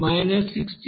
3 26